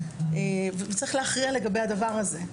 והוא צריך להכריע לגבי הדבר זה.